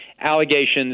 Allegations